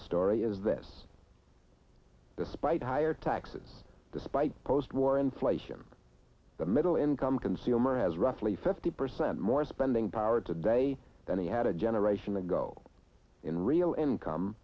the story is this despite higher taxes despite post war inflation the middle income consumer has roughly fifty percent more spending power today than he had a generation ago in real income